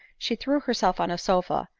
she threw herself on a sofa,